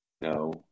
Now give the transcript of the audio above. no